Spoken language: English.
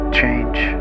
change